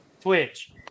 Twitch